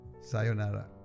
Sayonara